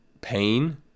pain